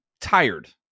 tired